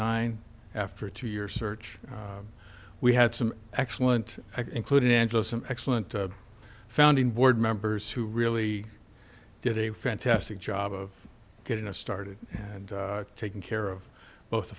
nine after two years search we had some excellent including angela some excellent founding board members who really did a fantastic job of getting us started and taking care of both the